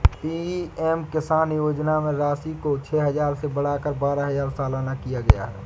PM Kisan योजना में राशि को छह हजार से बढ़ाकर बारह हजार सालाना किया गया है